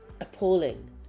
appalling